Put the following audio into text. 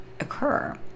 occur